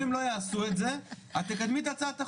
הם לא יעשו את זה את תקדמי את הצעת החוק,